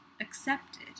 accepted